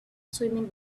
swimming